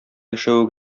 яшәве